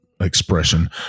expression